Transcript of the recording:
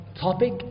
topic